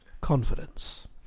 Confidence